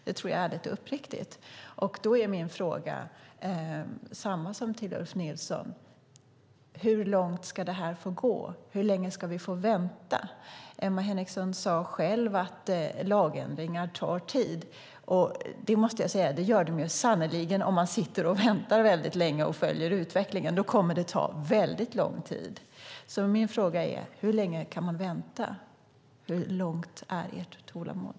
Det tror jag ärligt och uppriktigt, och då är min fråga samma som till Ulf Nilsson: Hur långt ska det här få gå? Hur länge ska vi vänta? Emma Henriksson sade själv att lagändringar tar tid. Det gör de sannerligen om man sitter och väntar länge och följer utvecklingen - då tar det väldigt lång tid. Jag undrar alltså: Hur länge kan man vänta? Hur långt räcker ert tålamod?